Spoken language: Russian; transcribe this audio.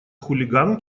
хулиган